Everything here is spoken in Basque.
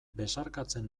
besarkatzen